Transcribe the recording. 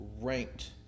ranked